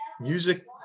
music